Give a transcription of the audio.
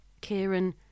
Kieran